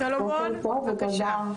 בבקשה.